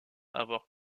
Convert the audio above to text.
avoir